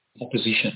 opposition